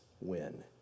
win